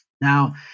Now